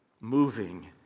moving